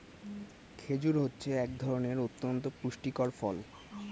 খেজুর হচ্ছে এক ধরনের অতন্ত পুষ্টিকর ফল